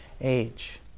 age